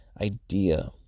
idea